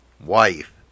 wife